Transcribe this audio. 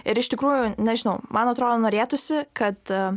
ir iš tikrųjų nežinau man atrodo norėtųsi kad